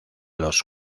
los